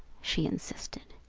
she insisted.